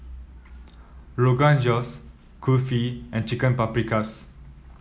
Rogan Josh Kulfi and Chicken Paprikas